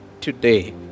today